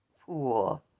pool